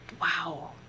wow